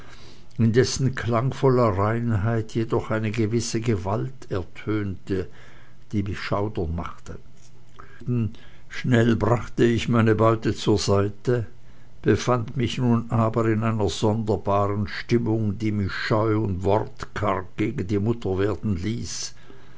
in dessen klangvoller reinheit jedoch eine gewisse gewalt ertönte die mich schaudern machte schnell brachte ich meine beute zur seite befand mich aber nun in einer sonderbaren stimmung die mich scheu und wortkarg gegen die mutter werden ließ